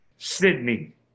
sydney